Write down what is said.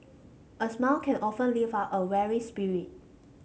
a smile can often lift up a weary spirit